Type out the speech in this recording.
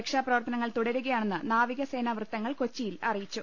രക്ഷാപ്ര വർത്തനങ്ങൾ തുടരുകയാണെന്ന് നാവികസേന വൃത്തങ്ങൾ കൊച്ചിയിൽ അറിയിച്ചു